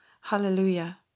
Hallelujah